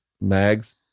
Mags